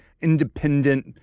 independent